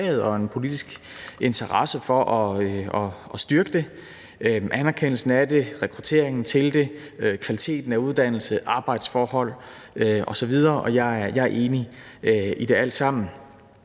og en politisk interesse i at styrke det. Det gælder anerkendelsen af det, rekrutteringen til det, kvaliteten af uddannelsen, arbejdsforhold osv. Jeg er enig i det alt sammen,